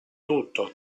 tutto